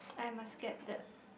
I must scared that